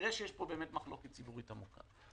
כנראה שיש פה באמת מחלוקת ציבורית עמוקה.